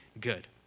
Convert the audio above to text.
good